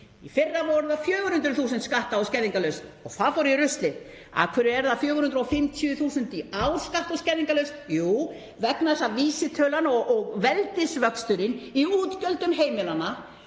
Í fyrra var það 400.000 skatta- og skerðingarlaust og það fór í ruslið. Af hverju eru það 450.000 í ár skatta- og skerðingarlaust? Jú, vegna þess að vísitalan og veldisvöxturinn í útgjöldum heimilanna